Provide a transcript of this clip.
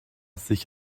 sich